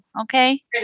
Okay